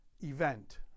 event